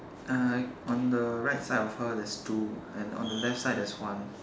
uh on the right side of her there's two and on the left side there's one